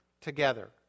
together